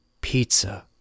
pizza